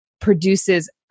produces